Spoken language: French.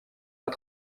pas